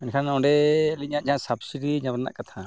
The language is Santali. ᱢᱮᱱᱠᱷᱟᱱ ᱚᱸᱰᱮ ᱟᱹᱞᱤᱧᱟᱜ ᱡᱟᱦᱟᱸ ᱥᱟᱵ ᱥᱤᱰᱤ ᱧᱟᱢ ᱨᱮᱱᱟᱜ ᱠᱟᱛᱷᱟ